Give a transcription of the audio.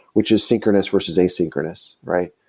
which is synchronous versus asynchronous, right?